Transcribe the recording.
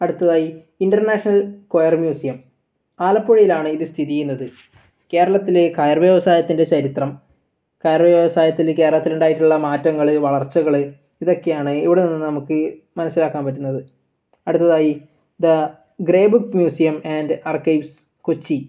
അടുത്തതായി international coir museum ആലപ്പുഴയിലാണ് ഇത് സ്ഥിതിചെയ്യുന്നത് കേരളത്തിലെ കയർ വ്യാവസായത്തിൻ്റെ ചരിത്രം കയർ വ്യാവസായത്തിൽ കേരളത്തിലുണ്ടായിട്ടുള്ള മാറ്റങ്ങൾ വളർച്ചകൾ ഇതൊക്കെയാണ് ഇവിടെ നിന്നും നമുക്ക് മനസ്സിലാക്കാൻ പറ്റുന്നത് അടുത്തതായി the grey book museum and archives Kochi